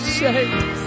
saved